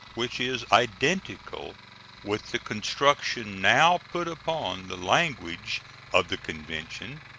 which is identical with the construction now put upon the language of the convention,